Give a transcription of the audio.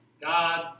god